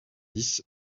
dix